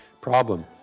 problem